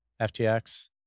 ftx